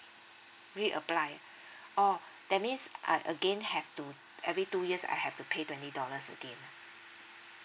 reapply oh that means I again have to every two years I have to pay twenty dollars again ah